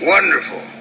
Wonderful